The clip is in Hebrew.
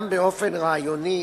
גם באופן רעיוני,